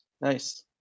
Nice